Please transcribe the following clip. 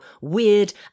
weird